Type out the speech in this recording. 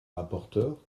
rapporteur